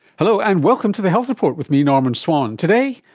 hello and welcome to the health report with me, norman swan. today,